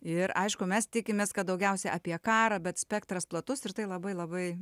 ir aišku mes tikimės kad daugiausiai apie karą bet spektras platus ir tai labai labai